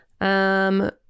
Um-